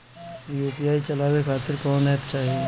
UPI चलवाए के खातिर कौन एप चाहीं?